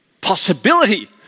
possibility